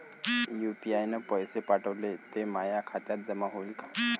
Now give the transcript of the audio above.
UPI न पैसे पाठवले, ते माया खात्यात जमा होईन का?